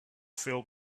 filled